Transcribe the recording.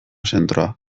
zentroa